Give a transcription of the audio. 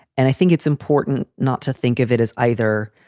and i think it's important not to think of it as either.